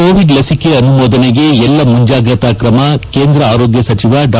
Covid ಲಸಿಕೆ ಅನುಮೋದನೆಗೆ ಎಲ್ಲಾ ಮುಂಜಾಗ್ರತಾ ಕ್ರಮ ಕೇಂದ್ರ ಆರೋಗ್ನ ಸಚಿವ ಡಾ